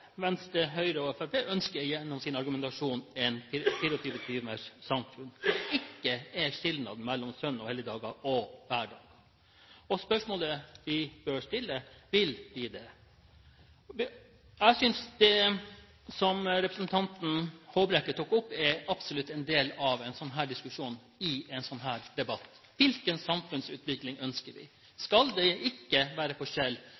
Venstre, Høyre og Fremskrittspartiet gjennom sin argumentasjon ønsker et 24-timers samfunn, der det ikke er skilnad mellom søn- og helligdager og hverdager. Spørsmålet vi bør stille er: Vil vi det? Jeg synes det som representanten Håbrekke tok opp, er absolutt en del av en sånn diskusjon i en sånn debatt. Hva slags samfunnsutvikling ønsker vi? Skal det ikke være